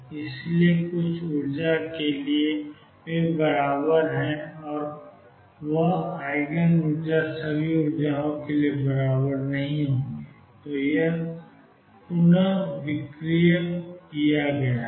इसलिए कुछ ऊर्जा के लिए वे बराबर हैं और वह है ईजिन ऊर्जा वे सभी ऊर्जाओं के लिए बराबर नहीं होंगे यह सब पुनर्विक्रय किया गया है